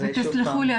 תסלחו לי,